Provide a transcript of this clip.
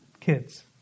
Kids